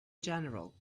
general